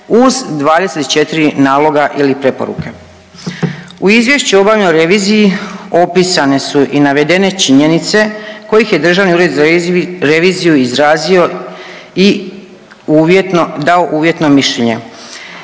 uz 24 naloga ili preporuke. U izvješću o obavljenoj reviziji opisane su i navedene činjenice kojih je Državni ured za reviziju izrazio i uvjetno, dao uvjetno mišljenje,